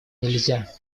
нельзя